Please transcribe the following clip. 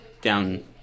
down